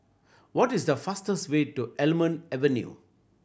what is the fastest way to Almond Avenue